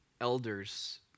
elders